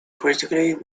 critically